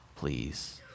please